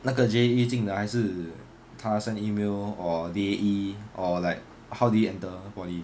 那个 J_A_E 进的还是他 send email or D_A_E or like how did he enter poly